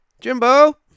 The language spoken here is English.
Jimbo